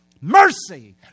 mercy